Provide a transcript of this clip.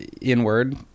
inward